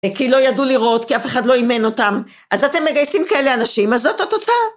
כי לא ידעו לראות, כי אף אחד לא אימן אותם. אז אתם מגייסים כאלה אנשים, אז זאת התוצאה.